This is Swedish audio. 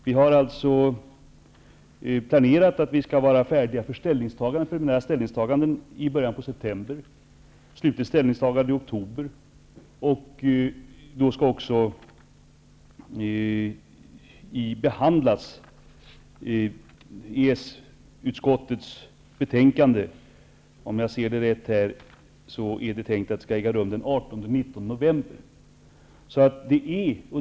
Vi har planerat att vara färdiga för ställningstagande i början av september, med slutligt ställningstagande i oktober, och det är tänkt att EES-utskottets betänkande skall behandlas den 18--19 november.